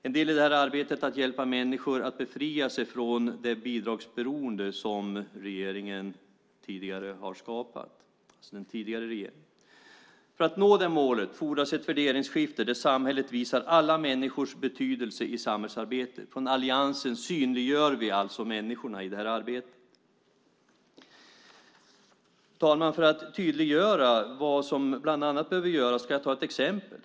En del i arbetet är att hjälpa människor att befria sig från det bidragsberoende som den tidigare regeringen har skapat. För att nå det målet fordras ett värderingsskifte där samhället visar alla människors betydelse i samhällsarbetet. Från alliansen synliggör vi alltså människorna i det här arbetet. Fru talman! För att tydliggöra vad som bland annat behöver göras ska jag ge ett exempel.